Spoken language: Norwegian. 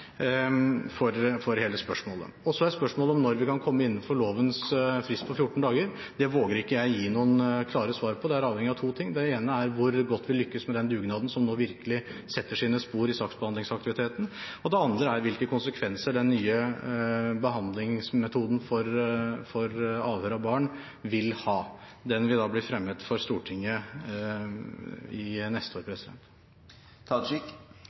for hele spørsmålet. Så er spørsmålet når vi kan komme innenfor lovens frist på 14 dager. Det våger ikke jeg å gi noen klare svar på. Det er avhengig av to ting – det ene er hvor godt vi lykkes med den dugnaden som nå virkelig setter sine spor i saksbehandlingsaktiviteten, det andre er hvilke konsekvenser den nye behandlingsmetoden for avhør av barn vil ha. Den vil bli fremmet for Stortinget til neste år.